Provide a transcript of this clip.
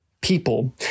people